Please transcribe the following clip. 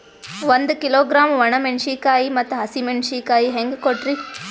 ಒಂದ ಕಿಲೋಗ್ರಾಂ, ಒಣ ಮೇಣಶೀಕಾಯಿ ಮತ್ತ ಹಸಿ ಮೇಣಶೀಕಾಯಿ ಹೆಂಗ ಕೊಟ್ರಿ?